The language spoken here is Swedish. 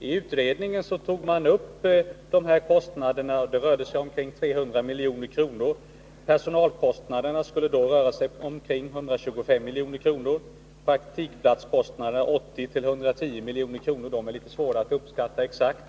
I utredningen tog man upp frågan om kostnaderna, som rörde sig om ca 300 milj.kr. Personalkostnaderna skulle uppgå till omkring 125 milj.kr. och praktikplatskostnaderna till 80-110 milj.kr. — de är litet svåra att uppskatta exakt.